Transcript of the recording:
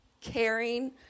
caring